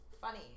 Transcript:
Funny